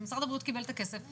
ומשרד הבריאות קיבל את הכסף,